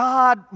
God